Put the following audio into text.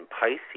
Pisces